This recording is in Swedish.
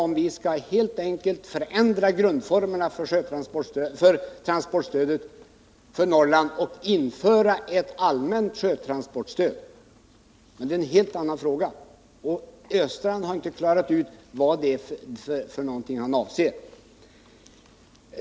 Sedan gäller det om vi helt enkelt skall förändra grunden för transportstödet för Norrland och införa ett allmänt sjötransportstöd. Men det är en helt annan fråga, och herr Östrand har inte klarat ut vad det är han avser.